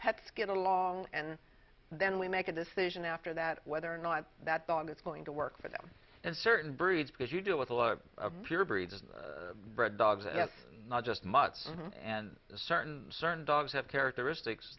pets get along and then we make a decision after that whether or not that dog is going to work for them and certain breeds because you do with a lot of pure breeds bred dogs yes not just mutts and certain certain dogs have characteristics